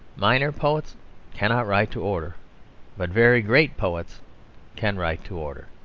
minor poets cannot write to order but very great poets can write to order.